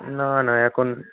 না না এখন